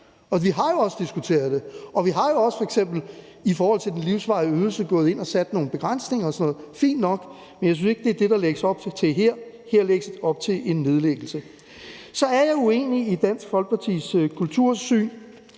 og vi har jo også diskuteret det. Vi er jo også, f.eks. i forhold til den livsvarige ydelse, gået ind og har sat nogle begrænsninger og sådan noget, og det er fint nok, men jeg synes ikke, det er det, der lægges op til her. Her lægges der op til en nedlæggelse. Så er jeg uenig i Dansk Folkepartis kultursyn.